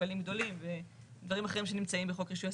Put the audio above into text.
מפעלים גדולים ודברים אחרים שנמצאים בחוק רישוי עסקים.